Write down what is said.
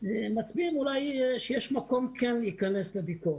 מצביעים שאולי יש מקום להיכנס לביקורת.